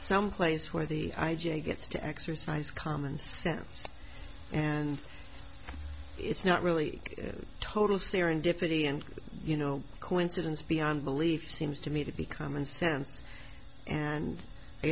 some place where the i j a gets to exercise common sense and it's not really a total serendipity and you know coincidence beyond belief seems to me to be commonsense and